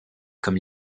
comme